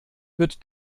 wird